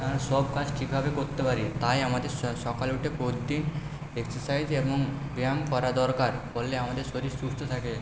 আর সব কাজ ঠিকভাবে করতে পারি তাই আমাদের সকালে উঠে এক্সসারসাইজ এবং ব্যায়াম করা দরকার আমাদের শরীর সুস্থ থাকে